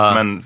Men